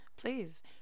please